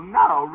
now